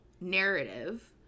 narrative